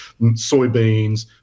soybeans